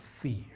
fear